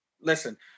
listen